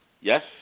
Yes